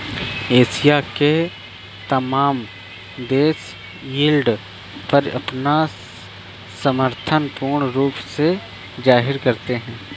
Asia के तमाम देश यील्ड पर अपना समर्थन पूर्ण रूप से जाहिर करते हैं